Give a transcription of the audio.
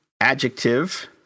adjective